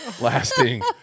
lasting